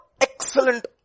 excellent